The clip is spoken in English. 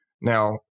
Now